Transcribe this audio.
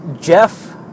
Jeff